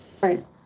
Right